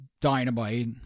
dynamite